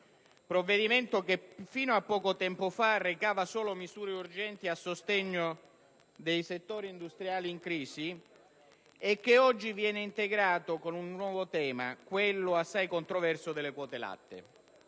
provvedimento che, fino a poco tempo fa, recava solo misure urgenti a sostegno dei settori industriali in crisi e che oggi viene integrato con il nuovo tema, assai controverso, delle quote latte.